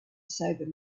sober